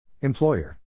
Employer